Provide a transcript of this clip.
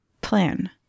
plan